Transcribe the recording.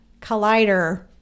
collider